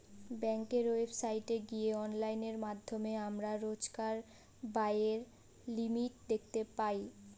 ব্যাঙ্কের ওয়েবসাইটে গিয়ে অনলাইনের মাধ্যমে আমরা রোজকার ব্যায়ের লিমিট দেখতে পাই